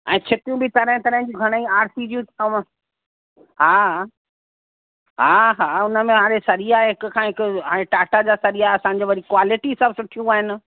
ऐं छिपियूं बि तरह तरह जी घणीए आरसियू जी अथव हा हा हा हा हुन में हाणे सरिया हिक खां हिक हाणे टाटा जा सरिया असांजे वरी क्वालिटी सभु सुठियूं आहिनि